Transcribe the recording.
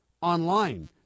online